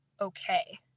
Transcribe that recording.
okay